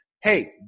Hey